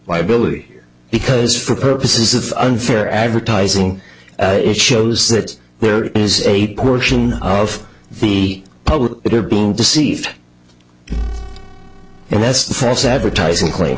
liability because for purposes of unfair advertising it shows that there is a portion of the public that are being deceived and that's the false advertising cla